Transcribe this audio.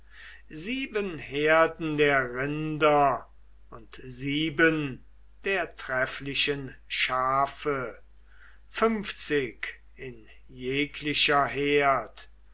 sieben herden der rinder und sieben der trefflichen schafe fünfzig in jeglicher herd